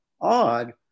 odd